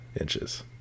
inches